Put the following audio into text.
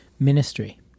ministry